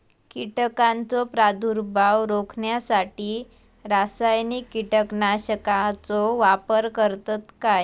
कीटकांचो प्रादुर्भाव रोखण्यासाठी रासायनिक कीटकनाशकाचो वापर करतत काय?